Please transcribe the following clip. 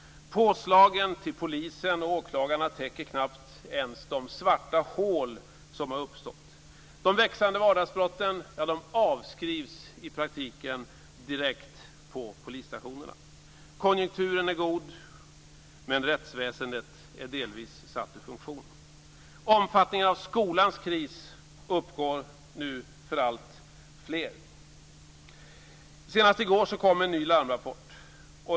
Påslagen till polisen och åklagarna täcker knappt ens de svarta hål som har uppstått. De växande vardagsbrotten avskrivs i praktiken direkt på polisstationerna. Konjunkturen är god, men rättsväsendet är delvis satt ur funktion. Omfattningen av skolans kris uppgår nu till att gälla alltfler. Senast i går kom en ny larmrapport.